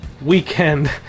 weekend